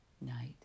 night